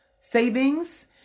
savings